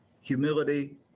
Humility